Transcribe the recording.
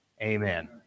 Amen